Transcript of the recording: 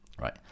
right